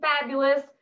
fabulous